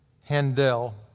Handel